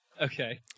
Okay